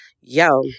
yo